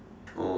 oh